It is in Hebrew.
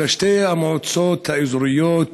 בשתי המועצות האזוריות,